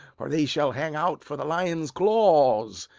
for they shall hang out for the lion's claws.